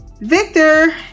victor